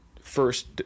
first